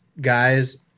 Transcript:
guys